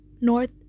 North